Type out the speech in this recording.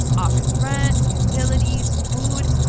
office rent, utilities, food.